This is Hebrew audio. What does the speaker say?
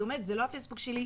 היא אומרת: זה לא הפייסבוק שלי,